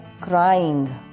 crying